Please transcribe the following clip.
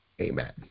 amen